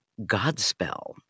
Godspell